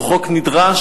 הוא חוק נדרש,